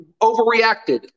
overreacted